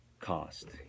cost